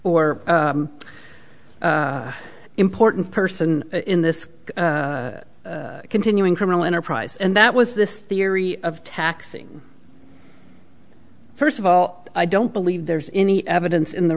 r important person in this continuing criminal enterprise and that was this theory of taxing first of all i don't believe there's any evidence in the